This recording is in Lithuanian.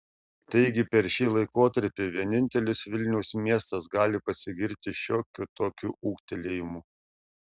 taigi per šį laikotarpį vienintelis vilniaus miestas gali pasigirti šiokiu tokiu ūgtelėjimu